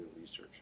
research